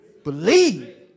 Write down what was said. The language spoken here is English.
Believe